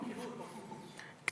לא, את אשתו.